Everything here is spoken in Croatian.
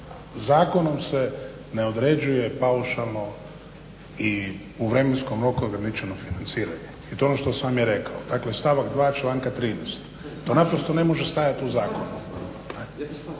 zakonom se ne uređuje paušalno i u vremenskom roku ograničeno financiranje i to je ono što sam i rekao. Dakle stavak 2. članka 13.to naprosto ne može stajati u zakonu.